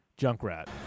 Junkrat